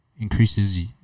increases